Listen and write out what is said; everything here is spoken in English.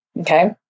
Okay